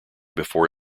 before